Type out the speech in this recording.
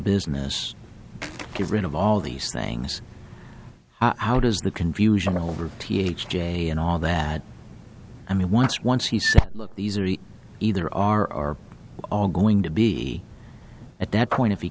business get rid of all these things how does the confusion over th jay and all that i mean once once he said look these are either are all going to be at that point if he